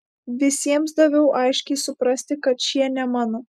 visiems daviau aiškiai suprasti kad šie ne mano